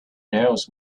knows